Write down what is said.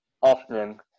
often